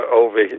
over